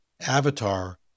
avatar